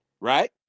right